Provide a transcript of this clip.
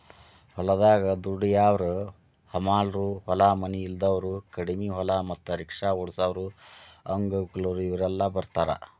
ಹೊಲದಾಗ ದುಡ್ಯಾವರ ಹಮಾಲರು ಹೊಲ ಮನಿ ಇಲ್ದಾವರು ಕಡಿಮಿ ಹೊಲ ಮತ್ತ ರಿಕ್ಷಾ ಓಡಸಾವರು ಅಂಗವಿಕಲರು ಇವರೆಲ್ಲ ಬರ್ತಾರ